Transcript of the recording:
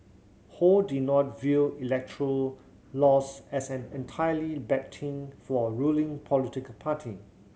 ho did not view electoral loss as an entirely bad thing for a ruling political party